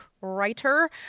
writer